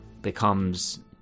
becomes